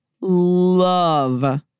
love